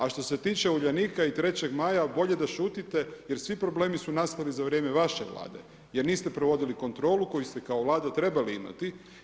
A što se tiče Uljanika i 3.Maja bolje da šutite jer svi problemi su nastali za vrijeme vaše vlade, jer niste provodili kontrolu koju ste kao vlada trebali imati.